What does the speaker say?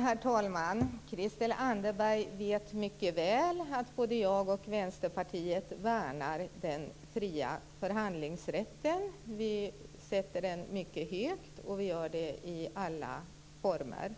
Herr talman! Christel Anderberg vet mycket väl att både jag och Vänsterpartiet värnar den fria förhandlingsrätten. Vi sätter den i alla former